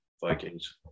Vikings